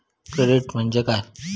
Credit म्हणजे काय?